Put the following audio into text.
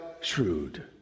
shrewd